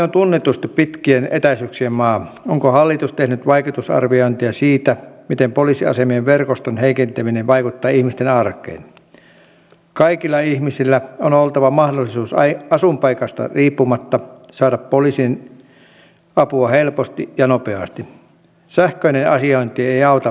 tämähän näkyy esimerkiksi kun ihminen menee poliisilaitokselta hakemaan henkilökorttia tai passia ja hän ei voi mitenkään todistaa kuka hän on eikä hän voi myöskään maksaa sitä koska hän ei ole pankista saanut rahaa kun hänellä ei ole henkilökorttia